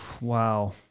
wow